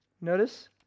notice